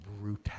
brutal